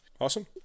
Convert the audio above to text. awesome